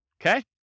okay